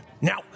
Now